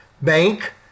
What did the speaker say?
bank